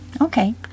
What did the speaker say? Okay